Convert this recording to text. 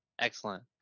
excellent